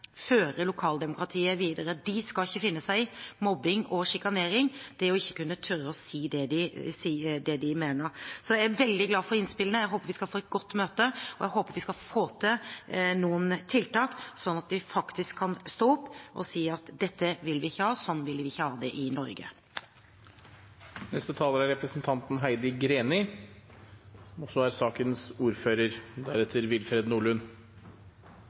lokaldemokratiet videre. De skal ikke finne seg i mobbing og sjikanering – og ikke tørre å si det de mener. Jeg er veldig glad for innspillene. Jeg håper vi skal få et godt møte, og jeg håper vi skal få til noen tiltak slik at vi faktisk kan stå opp og si at dette vil ikke ha, sånn vil vi ikke ha det i Norge. Først vil jeg slutte meg til det siste av det statsråden sa. Det er